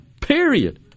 period